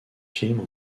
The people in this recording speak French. films